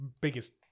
biggest